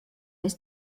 ist